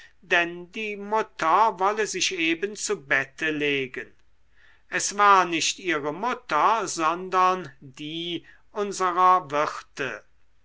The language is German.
denn die mutter wolle sich eben zu bette legen es war nicht ihre mutter sondern die unserer wirte